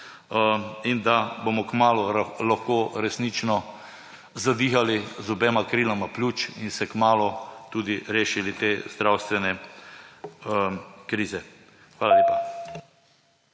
in da bomo kmalu lahko resnično zadihali z obema kriloma pljuč in se kmalu tudi rešili te zdravstvene krize. Hvala lepa.